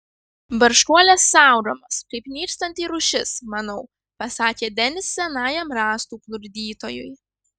barškuolės saugomos kaip nykstanti rūšis manau pasakė denis senajam rąstų plukdytojui